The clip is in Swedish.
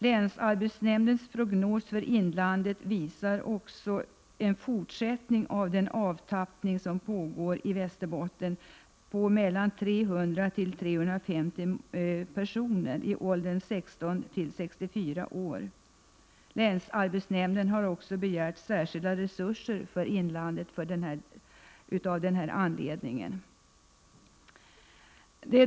Länsarbetsnämndens prognos för inlandet visar också en fortsatt avtappning i Västerbotten på mellan 300 och 350 personer i åldrarna 16 till 64 år. Länsarbetsnämnden har också begärt särskilda resurser för inlandet av denna anledning.